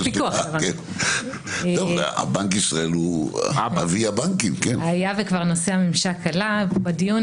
נושא הממשק כבר עלה בדיון,